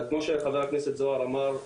כמו שחבר הכנסת זוהר אמר,